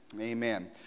Amen